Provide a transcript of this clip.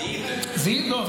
זיהיתם.